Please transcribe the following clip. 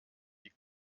die